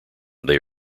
they